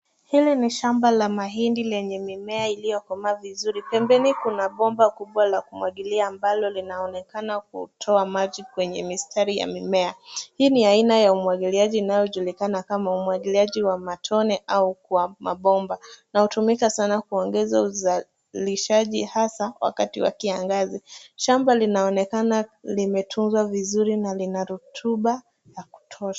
Hili ni shamba la mahindi lenye mimea iliyo komaa vizuri. Pembeni kuna bomba kubwa la kumwagilia ambalo linaonekana kutoa maji kwenye mistari ya mimea. Hii ni aina ya umwagiliaji inayojulikana kama umwagiliaji wa matone au kwa mabomba, unatumika sana kuongeza uzalishaji hasa wakati wa kiangazi. Shamba linaonekana limetunzwa vizuri na lina rutuba ya kutosha.